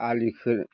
आलि खोनानै